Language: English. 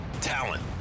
talent